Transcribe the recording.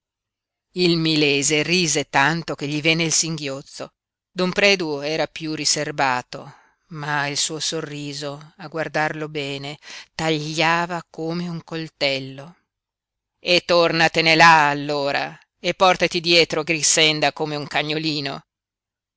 il milese rise tanto che gli venne il singhiozzo don predu era piú riserbato ma il suo sorriso a guardarlo bene tagliava come un coltello e tornatene là allora e portati dietro grixenda come un cagnolino